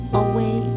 away